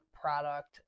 product